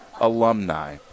alumni